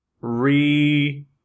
re